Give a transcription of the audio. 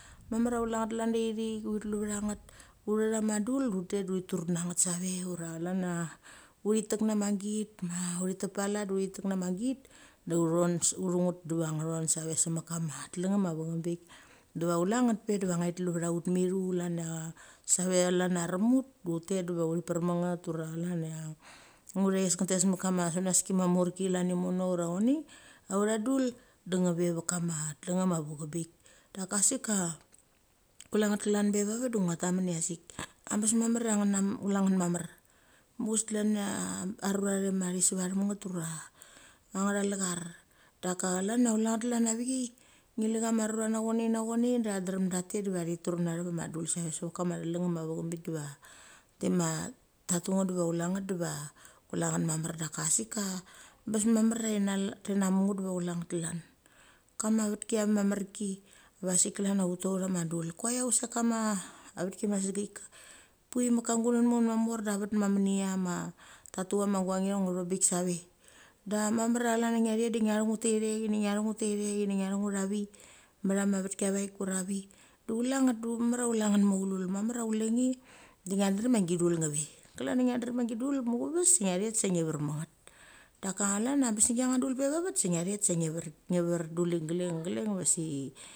Mamar a chule nget klan da thik da uthi tlu va nget. Uthet ama dul de ut tet da uthi tur nget save ura chlan na uthi tek nama git ma uthom uthu nget diava nghton save se mek kama telengnem a vem bik. Diva chule nget pe diva ngthi tul va ut. Mithu chlan cha save chton cha arem ut de ut tet diva uthi per manget ura chlan cha nguthes ngtet sa mek kama sunaski ma morki chlan imono ura chonie, autha dul de ng ve va kama telengnem a vem bik da sik ka kule nget. Klan be va vet de ngo tamen cha sik abes mamar chia chule chule mget mamar muchaves de chlan cha rura thi ma seva them nget, ura angtha lechar. Daka chlan cho chule nget chlan a vikai, ngil lu chama rura nachonea nachoena de cha drem tha tet diva thi trut nava ma dul save sevek kama telengnem a vem bik diva. tima ta tu nget diva chule nget diva kulenget mamar daka si ka bes mamar cha thi namunget diva chule nget klan. Kama vetki cha ma marki ve sik klancha ut tu autha ma dul koi chasek kama vetki ma segek. Pi mek kamg gununmet ma mor da vet ma menicha ma, tha tu chama guchang a veng bik save. Da mamer cha chlan cha ngia thet de ngia thu nget tathe kene ngia thu nget tathe kene ngia thu nget tathe ngia thu nget avi, mecha ma vetki avek ura avi de chule neget de chok mamar a chule nget maulu mamar a chule nge de ngid drem cha gi dul nave. Klan cha ngia drem cha gi dul muchaves se ngethet se nge ver ma nget. Daka chalan ia bes decha dul pe va vet se nge thet senge ver nge ver duli glek, glek va se.